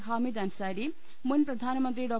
ഹാമിദ് അൻസാരി മുൻ പ്രധാനമന്ത്രി ഡോ